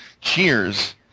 Cheers